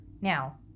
Now